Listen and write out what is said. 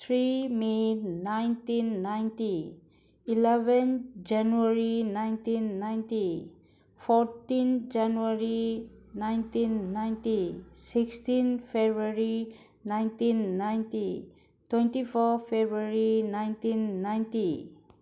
three may nineteen ninety eleven January nineteen ninety fourteen January nineteen ninety sixteen February nineteen ninety twenty four February nineteen ninety